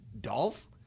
Dolph